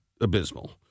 abysmal